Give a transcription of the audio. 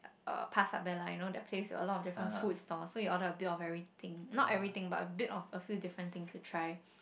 uh Pasarbella you know the place with a lot of different kind of food stalls so you order a bit of everything not everything but a bit of a few different things to try